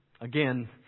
again